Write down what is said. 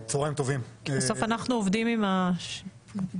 בסוף אנחנו עובדים עם שקל.